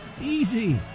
Easy